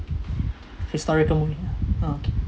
historical movie ah okay